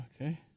Okay